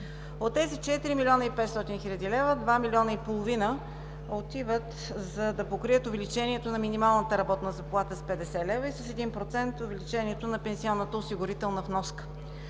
От тези 4 млн. 500 хил. лв. два милиона и половина отиват, за да покрият увеличението на минималната работна заплата с 50 лв. и с 1% увеличението на пенсионната осигурителна вноска.